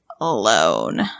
alone